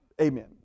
amen